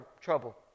trouble